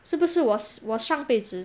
是不是我上辈子